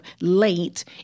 late